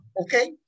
Okay